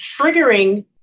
triggering